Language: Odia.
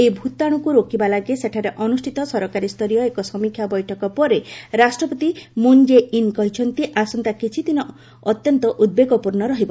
ଏହି ଭୂତାଶୁକୁ ରୋକିବା ଲାଗି ସେଠାରେ ଅନୁଷ୍ଠିତ ସରକାରୀସ୍ତରୀୟ ଏକ ସମୀକ୍ଷା ବୈଠକ ପରେ ରାଷ୍ଟ୍ରପତି ମୁନ୍ କେ ଇନ୍ କହିଛନ୍ତି ଆସନ୍ତା କିଛିଦିନ ଅତ୍ୟନ୍ତ ଉଦ୍ବେଗପୂର୍ଣ୍ଣ ରହିବ